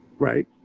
right?